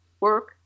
work